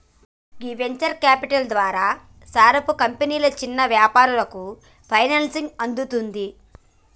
గీ venture capital ద్వారా సారపు కంపెనీలు చిన్న యాపారాలకు ఫైనాన్సింగ్ అందుతుంది